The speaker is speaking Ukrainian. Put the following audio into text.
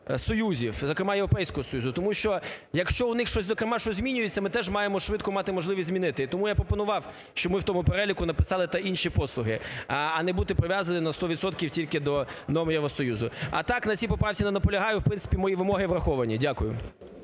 союзів, зокрема Європейського Союзу, тому що якщо у них щось, зокрема, щось змінюється, ми теж маємо швидко мати можливість змінити. І тому я пропонував, щоб ми в тому переліку написали "та інші послуги", а не бути прив'язаними на сто відсотків тільки до норм Євросоюзу. А так, на цій поправці не наполягаю, в принципі мої вимоги враховані. Дякую.